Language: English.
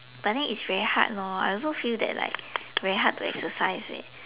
but then it's very hard lor I also feel like it's very hard to exercise leh